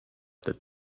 that